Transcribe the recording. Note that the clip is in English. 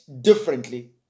differently